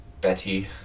Betty